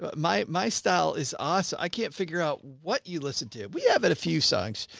but my, my style is ah so i can't figure out what you listened to. we have and a few songs.